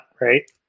right